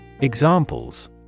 Examples